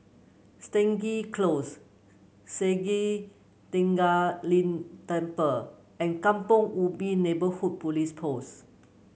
Stangee Close Sakya Tenphel Ling Temple and Kampong Ubi Neighbourhood Police Post